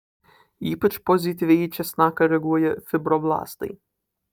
ypač pozityviai į česnaką reaguoja fibroblastai